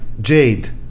Jade